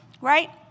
right